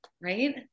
right